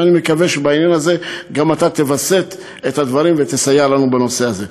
ואני מקווה שבעניין הזה גם אתה תווסת את הדברים ותסייע לנו בנושא הזה.